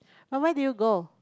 but why did you go